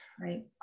Right